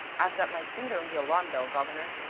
i've got my finger on the alarm-bell governor.